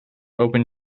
open